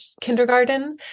kindergarten